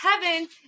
heaven